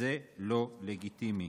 זה לא לגיטימי.